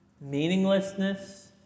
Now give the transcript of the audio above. meaninglessness